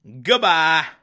Goodbye